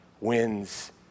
wins